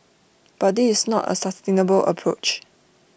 but this is not A sustainable approach